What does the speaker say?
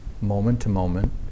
moment-to-moment